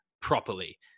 properly